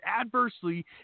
adversely